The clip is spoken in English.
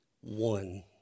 one